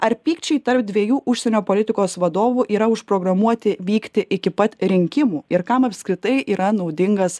ar pykčiai tarp dviejų užsienio politikos vadovų yra užprogramuoti vykti iki pat rinkimų ir kam apskritai yra naudingas